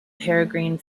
peregrine